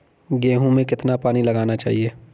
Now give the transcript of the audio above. गेहूँ में कितना पानी लगाना चाहिए?